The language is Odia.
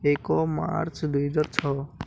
ଏକ ମାର୍ଚ୍ଚ ଦୁଇହଜାର ଛଅ